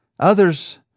Others